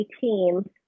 team